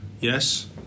yes